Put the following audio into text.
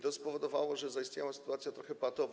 To spowodowało, że zaistniała sytuacja trochę patowa.